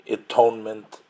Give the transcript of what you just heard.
atonement